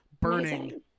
burning